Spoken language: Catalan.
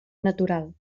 natural